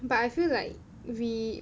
but I feel like we